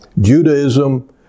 Judaism